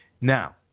Now